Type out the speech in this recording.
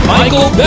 Michael